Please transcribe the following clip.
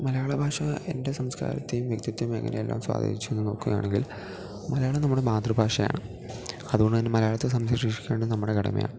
മലയാള ഭാഷ എൻ്റെ സംസ്കാരത്തെയും വ്യക്തിത്വമേഘലയെല്ലാം സ്വാധീനിച്ചു എന്ന് നോക്കുകയാണെങ്കിൽ മലയാളം നമ്മുടെ മാതൃഭാഷയാണ് അതുകൊണ്ട് തന്നെ മലയാളത്തെ സംരക്ഷിക്കേണ്ടത് നമ്മുടെ കടമയാണ്